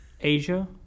Asia